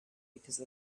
because